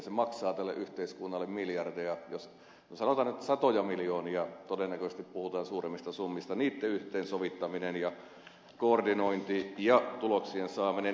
se maksaa tälle yhteiskunnalle miljardeja sanotaan nyt satoja miljoonia todennäköisesti puhutaan suuremmista summista niitten yhteensovittaminen ja koordinointi ja tuloksien saaminen